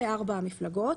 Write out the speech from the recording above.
אלה ארבע המפלגות.